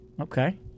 Okay